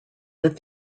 that